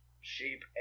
sheep